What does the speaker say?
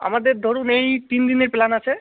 আমাদের ধরুন এই তিন দিনের প্ল্যান আছে